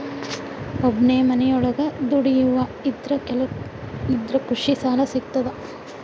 ಒಬ್ಬನೇ ಮನಿಯೊಳಗ ದುಡಿಯುವಾ ಇದ್ರ ಕೃಷಿ ಸಾಲಾ ಸಿಗ್ತದಾ?